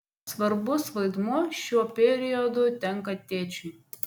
svarbus vaidmuo šiuo periodu tenka tėčiui